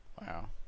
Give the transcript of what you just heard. Wow